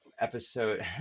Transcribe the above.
Episode